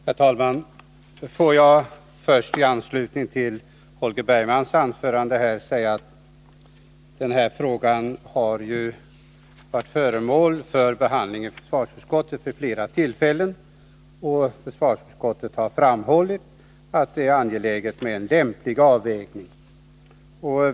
Herr talman! Får jag först i anslutning till Holger Bergmans anförande säga att denna fråga ju har varit föremål för behandling i försvarsutskottet vid flera tillfällen, och försvarsutskottet har framhållit att det är angeläget med en lämplig avvägning.